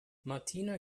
martina